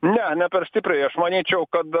ne ne per stipriai aš manyčiau kad